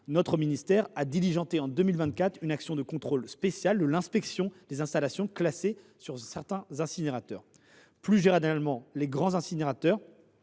le ministère a diligenté en 2024 une action de contrôle spéciale de l’inspection des installations classées sur certains incinérateurs. Plus généralement, les grands incinérateurs,